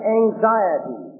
anxiety